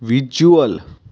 visual